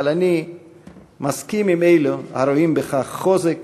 אבל אני מסכים עם אלו הרואים בכך חוזק,